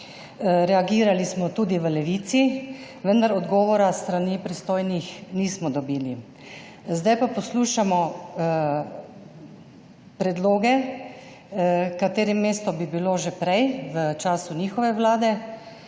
Reagirali smo tudi v Levici, vendar odgovora s strani pristojnih nismo dobili. Zdaj pa poslušamo predloge, katerim mesto bi bilo že prej v času njihove vlade,